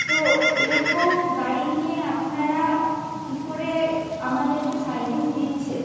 তো এ রকম গাড়ি নিয়ে আপনারা কী করে আমাদেরকে সার্ভিস দিচ্ছেন